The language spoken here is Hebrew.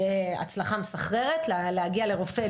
תהיה הצלחה מסחררת להגיע לרופא,